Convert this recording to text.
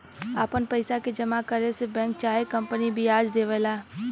आपन पइसा के जमा करे से बैंक चाहे कंपनी बियाज देवेला